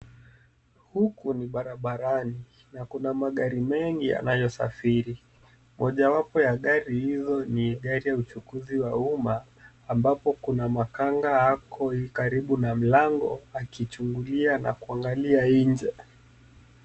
Huku ni barabarani kuna magari mengi yanayo safiri . Moja wapo ya gari hizo ni gari ya uchukuzi wa umma ambapo kuna makanaga ako karibu na mlango akichungulia na kuangalia nje.